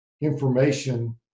information